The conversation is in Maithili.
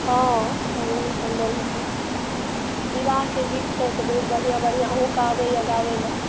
हॅं समदाउनो हेतै विवाहके गीत सभ बहुत बढ़िऑं बढ़िऑं अहुँके आबैया गाबै लए